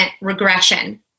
regression